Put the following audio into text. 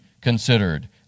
considered